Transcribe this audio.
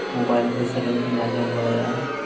mobile ᱨᱮ ᱥᱮᱨᱮᱧ ᱠᱩᱧ ᱟᱸᱡᱚᱢ ᱵᱟᱲᱟᱭᱟ